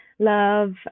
Love